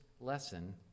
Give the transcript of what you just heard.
lesson